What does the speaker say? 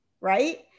right